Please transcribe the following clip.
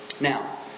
Now